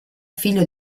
figlio